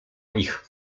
nich